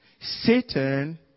Satan